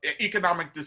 economic